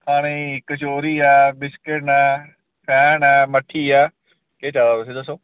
खानै गी कचौरी ऐ बिस्किट न मट्ठी ऐ केह् चाहिदा तुसें